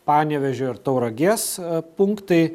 panevėžio ir tauragės punktai